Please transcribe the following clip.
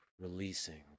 releasing